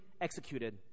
executed